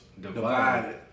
divided